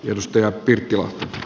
edustaja pirttilahti